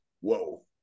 whoa